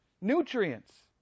nutrients